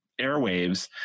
airwaves